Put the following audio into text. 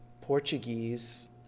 Portuguese